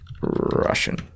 Russian